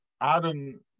Adam